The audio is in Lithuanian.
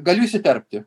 galiu įsiterpti